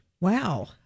Wow